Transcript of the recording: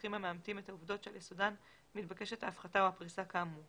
מסמכים המאמתים את העובדות שעל יסודן מתבקשת ההפחתה או הפריסה כאמור.